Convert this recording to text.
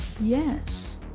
Yes